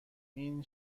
این